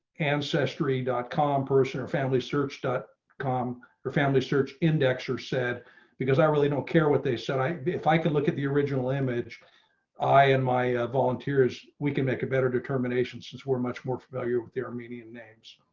ancestry com person or family search dot com or family search index or said because i really don't care what they said i, if i can look at the original image i in my ah volunteers we can make a better determination, since we're much more familiar with the armenian names.